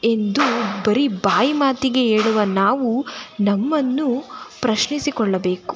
ಎಂದು ಬರೀ ಬಾಯಿ ಮಾತಿಗೆ ಹೇಳುವ ನಾವು ನಮ್ಮನ್ನು ಪ್ರಶ್ನಿಸಿಕೊಳ್ಳಬೇಕು